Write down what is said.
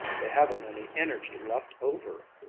they haven't any energy left over.